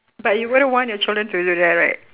but you wouldn't want your children to do that right